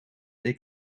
they